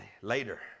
later